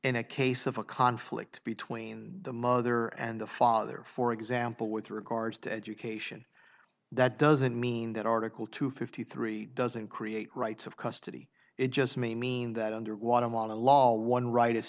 in a case of a conflict between the mother and the father for example with regards to education that doesn't mean that article two fifty three doesn't create rights of custody it just may mean that underwater mana law one right